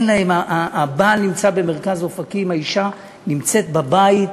הבעל נמצא במרכז אופקים, האישה נמצאת בבית.